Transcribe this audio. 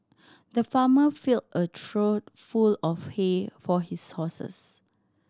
the farmer filled a trough full of hay for his horses